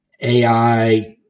AI